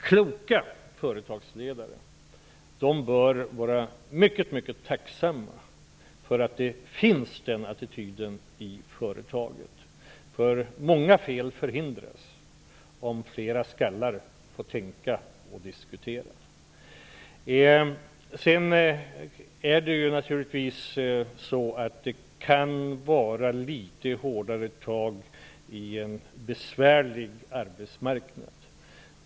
Kloka företagsledare bör vara mycket tacksamma över att denna attityd förekommer i företagen, för många misstag förhindras om flera skallar får tänka och diskutera. Naturligtvis kan det bli fråga om litet hårdare tag i en besvärlig arbetsmarknad.